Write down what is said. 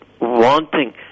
wanting